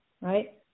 right